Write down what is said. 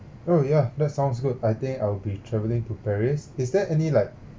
oh yeah that sounds good I think I'll be travelling to paris is there any like